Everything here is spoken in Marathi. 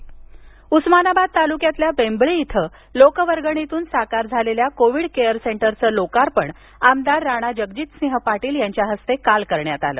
लोकवर्गणीतन रूग्णालय उस्मानाबाद तालुक्यातील बेंबळी इथे लोकवर्गणीतून साकार झालेल्या कोविड केअर सेंटरचे लोकार्पण आमदार राणा जगजितसिंह पाटील यांच्या हस्ते काल करण्यात आलं